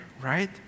right